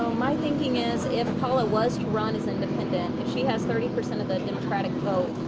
my thinking is, if paula was to run as independent, if she has thirty percent of the democratic vote,